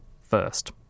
first